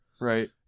Right